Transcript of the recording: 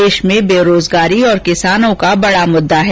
देश में बेरोजगारी और किसानों का बडा मुद्दा है